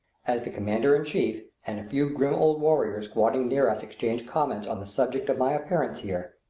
as the commander-in-chief and a few grim old warriors squatting near us exchange comments on the subject of my appearance here,